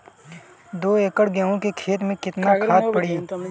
दो एकड़ गेहूँ के खेत मे केतना खाद पड़ी?